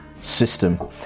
system